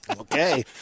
Okay